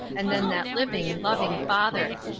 and then that living, loving father.